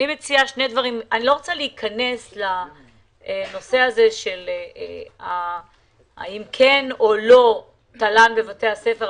אני לא רוצה להיכנס לשאלה אם כן או לא תל"ן בבתי הספר.